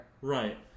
right